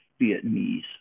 Vietnamese